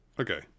Okay